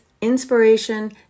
inspiration